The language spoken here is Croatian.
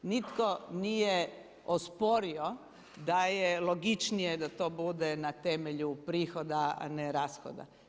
Nitko nije osporio da je logičnije da to bude na temelju prihoda a ne rashoda.